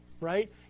Right